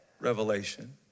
revelation